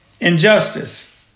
injustice